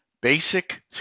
basic